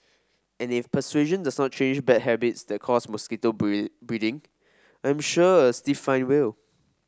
and if persuasion does not change bad habits that cause mosquito breed breeding I'm sure a stiff fine will